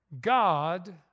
God